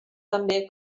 també